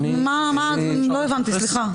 מה אני יכולה